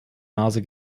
nase